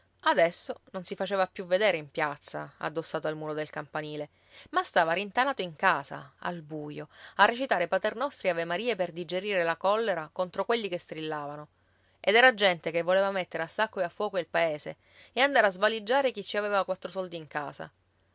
adesso non si faceva più vedere in piazza addossato al muro del campanile ma stava rintanato in casa al buio a recitare paternostri e avemarie per digerire la collera contro quelli che strillavano ed era gente che voleva mettere a sacco e a fuoco il paese e andare a svaligiare chi ci aveva quattro soldi in casa